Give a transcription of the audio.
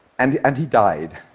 and and he died.